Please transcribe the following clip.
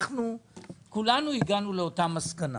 כולנו הגענו למסקנה